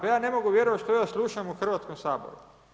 Pa ja ne mogu vjerovati što ja slušam u Hrvatskom saboru.